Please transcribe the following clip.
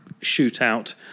shootout